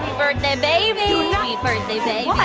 birthday baby happy birthday, baby.